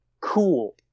cool